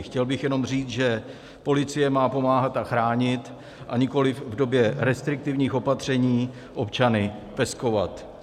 Chtěl bych jenom říct, že policie má pomáhat a chránit, a nikoliv v době restriktivních opatření občany peskovat.